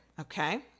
Okay